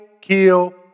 kill